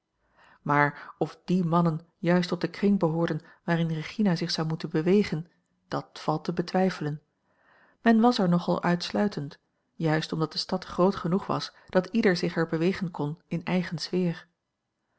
maar of die mannen juist tot den kring behoorden waarin regina zich zou moeten bewegen dat valt te betwijfelen men was er nogal uitsluitend juist omdat de stad groot genoeg was dat ieder zich er bewegen kon in eigen sfeer